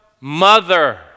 mother